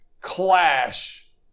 clash